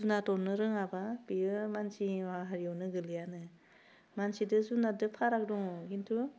जुनाद अन्नो रोङाबा बेयो मानसि माहारियावनो गोलैयानो मानसिजों जुनादजों फाराग दङ खिन्थु